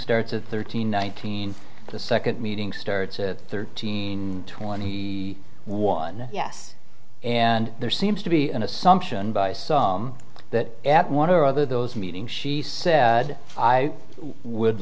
starts at thirteen nineteen the second meeting starts at thirteen twenty one yes and there seems to be an assumption by saw that at one of the other those meetings she said i would